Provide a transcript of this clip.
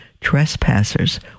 trespassers